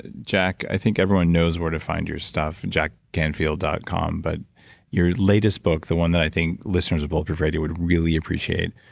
jack, i think everyone knows where to find your stuff and jackcanfield dot com, but your latest book, the one that i think listeners of bulletproof radio would really appreciate,